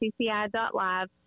cci.live